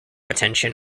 attention